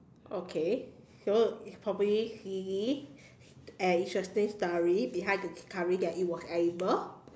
okay so it's probably silly and interesting story behind the discovery that it was edible